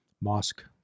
mosque